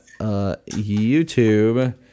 YouTube